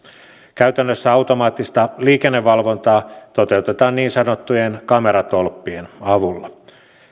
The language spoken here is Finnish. käytännössä automaattista liikennevalvontaa toteutetaan niin sanottujen kameratolppien avulla